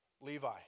Levi